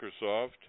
Microsoft